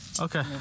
Okay